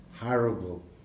Horrible